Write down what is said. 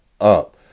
up